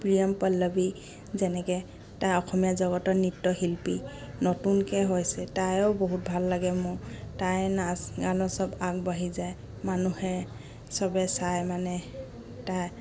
প্ৰিয়ম পল্লৱী যেনেকে তাই অসমীয়া জগতৰ নৃত্যশিল্পী নতুনকে হৈছে তাইও বহুত ভাল লাগে মোৰ তাই নাচ গান চব আগবাঢ়ি যায় মানুহে চবে চায় মানে তাই